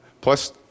Plus